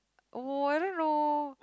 oh I don't know